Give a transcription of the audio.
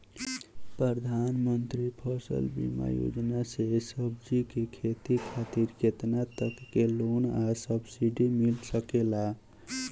प्रधानमंत्री फसल बीमा योजना से सब्जी के खेती खातिर केतना तक के लोन आ सब्सिडी मिल सकेला?